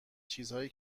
چیزهایی